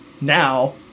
now